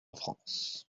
france